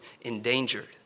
endangered